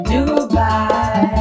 Dubai